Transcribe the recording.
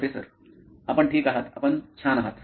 professor आपण ठीक आहात आपण छान आहात